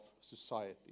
society